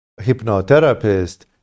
hypnotherapist